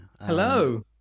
Hello